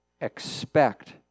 expect